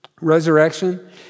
resurrection